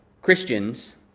Christians